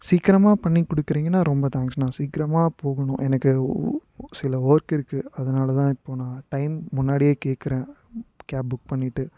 சீக்கிரமாக பண்ணிக் கொடுக்கறீங்கன்னா ரொம்ப தேங்க்ஸ்ணா சீக்கிரமாக போகணும் எனக்கு உ சில ஒர்க் இருக்குது அதனால் தான் இப்போது நான் டைம் முன்னாடியே கேட்கறேன் கேப் புக் பண்ணிவிட்டு